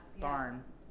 Barn